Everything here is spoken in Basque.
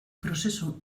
prozesu